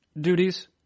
duties